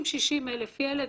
עם 60,000 ילדים,